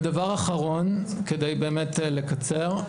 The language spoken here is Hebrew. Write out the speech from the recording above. ודבר אחרון, כדי באמת לקצר.